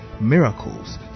miracles